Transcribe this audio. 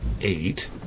eight